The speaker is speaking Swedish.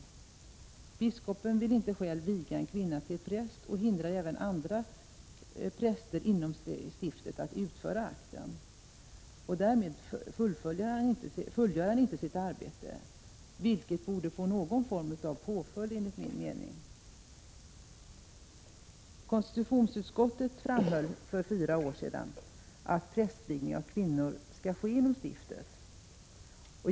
Biskopen vill inte själv viga en kvinna till präst och hindrar även andra präster inom stiftet att utföra akten. Därmed fullgör han inte sitt arbete, vilket enligt min mening borde få någon form av påföljd. Konstitutionsutskottet framhöll för fyra år sedan att prästvigning av kvinnor skall ske inom stiftet.